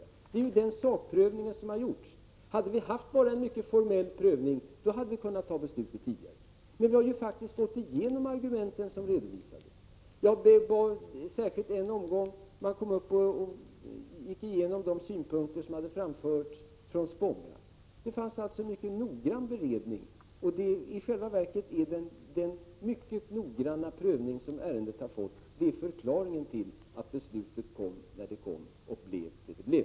Det är alltså den sakprövningen som har gjorts. Om vi hade gjort bara en mycket formell prövning, då hade vi kunnat fatta beslutet tidigare. Vi har nu faktiskt gått igenom de argument som redovisades. Vi hade exempelvis en omgång då vi gick igenom de synpunkter som hade framförts från Spånga. Det var alltså en mycket noggrann beredning som gjordes. Den mycket noggranna prövning som ärendet har fått är i själva verket förklaringen till att beslutet kom när det kom och blev det det blev.